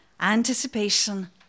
anticipation